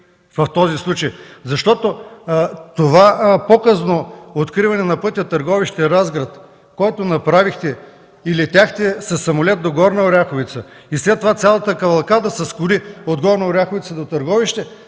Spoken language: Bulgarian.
в този случай, защото показното откриване на пътя Търговище – Разград, което направихте – летяхте със самолет до Горна Оряховица и след това цялата кавалкада с коли от Горна Оряховица до Търговище